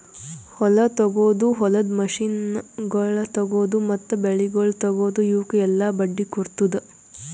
ಹೊಲ ತೊಗೊದು, ಹೊಲದ ಮಷೀನಗೊಳ್ ತೊಗೊದು, ಮತ್ತ ಬೆಳಿಗೊಳ್ ತೊಗೊದು, ಇವುಕ್ ಎಲ್ಲಾ ಬಡ್ಡಿ ಕೊಡ್ತುದ್